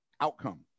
outcome